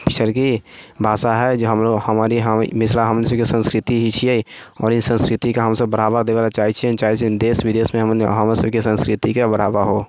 पिछड़कि भाषा हइ जे हमलोग हमनी मिथिला हमनीसभके संस्कृति ही छियै आओर ई संस्कृतिके हमसभ बढ़ावा देबय लेल चाहै छियनि चाहै छियनि देश विदेशमे हमरसभके संस्कृतिके बढ़ावा हो